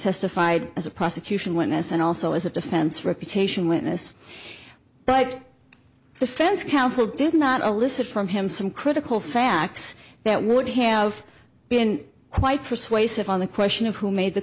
testified as a prosecution witness and also as a defense reputation witness but defense counsel did not a listen from him some critical facts that would have been quite persuasive on the question of who made the